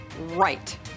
right